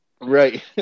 Right